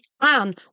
Anne